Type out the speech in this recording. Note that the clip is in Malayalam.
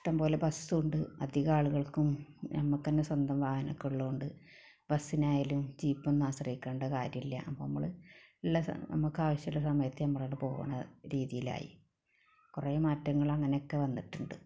ഇഷ്ടംപോലെ ബസ്സുണ്ട് അധികം ആളുകൾക്കും നമുക്ക് തന്നെ സ്വന്തം വാഹനമൊക്കെ ഉള്ളത് കൊണ്ട് ബസ്സിനായാലും ജീപ്പൊന്നും ആശ്രയിക്കേണ്ട കാര്യമില്ല അപ്പോൾ മ്മള് ള്ള നമുക്ക് ആവശ്യമുള്ള സമയത്ത് നമ്മളവിടെ പോകുന്ന രീതിയിലായി കുറെ മാറ്റങ്ങള് അങ്ങനൊക്കെ വന്നിട്ടുണ്ട്